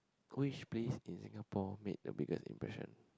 which place in Singapore made the biggest impression